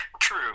True